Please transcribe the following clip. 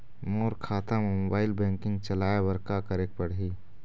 मोर खाता मा mobile banking चलाए बर का करेक पड़ही?